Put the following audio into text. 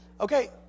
Okay